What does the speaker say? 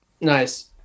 Nice